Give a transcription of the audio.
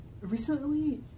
recently